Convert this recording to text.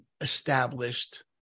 established